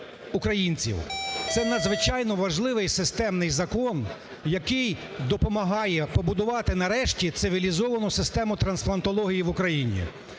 Це надзвичайно важливий і системний закон, який допомагає побудувати нарешті цивілізовану системутрансплантології в Україні.